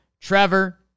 Trevor